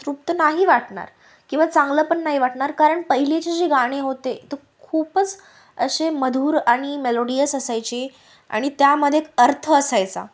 तृप्त नाही वाटणार किंवा चांगलंपण नाही वाटणार कारण पहिलेचे जे गाणे होते तर खूपच असे मधुर आणि मेलोडियस असायचे आणि त्यामध्ये एक अर्थ असायचा